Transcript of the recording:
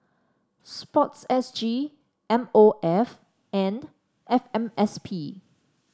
sports S G M O F and F M S P